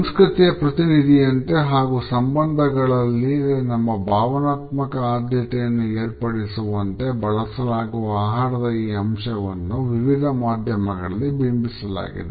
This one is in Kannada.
ಸಂಸ್ಕೃತಿಯ ಪ್ರತಿನಿಧಿಯಂತೆ ಹಾಗೂ ಸಂಬಂಧಗಳಲ್ಲಿ ನಮ್ಮ ಭಾವನಾತ್ಮಕ ಆದ್ಯತೆಯನ್ನು ಏರ್ಪಡಿಸುವಂತೆ ಬಳಸಲಾಗುವ ಆಹಾರದ ಈ ಅಂಶವನ್ನು ವಿವಿಧ ಮಾಧ್ಯಮಗಳಲ್ಲಿ ಬಿಂಬಿಸಲಾಗಿದೆ